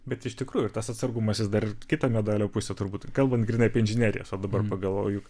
bet iš tikrųjų ir tas atsargumas jis dar kita medalio pusė turbūt kalbant grynai apie inžinerijas va dabar pagalvojau juk